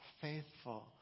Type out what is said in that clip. faithful